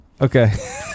okay